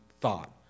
thought